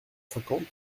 cinquante